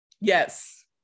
Yes